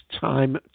time